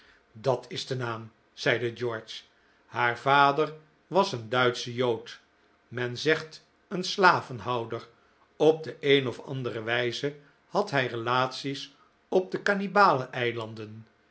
dat is de naam zeide george haar vader was een duitsche jood men zegt een slavenhouder op de een of andere wijze had hij relaties op de kannibalen eilanden